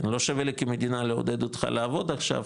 לא שווה לי כמדינה לעודד אותך לעבוד עכשיו,